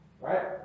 Right